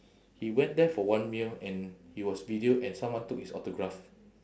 he went there for one meal and he was videoed and someone took his autograph